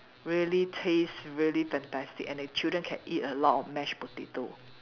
really taste really fantastic and the children can eat a lot of mashed potato